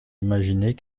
imaginer